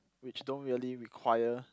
which don't really require